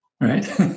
Right